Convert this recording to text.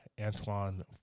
Antoine